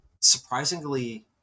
surprisingly